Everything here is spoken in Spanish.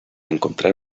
encontrar